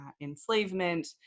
enslavement